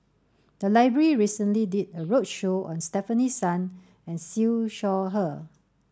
the library recently did a roadshow on Stefanie Sun and Siew Shaw Her